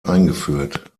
eingeführt